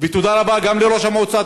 ותודה רבה גם לראש המועצה,